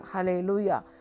Hallelujah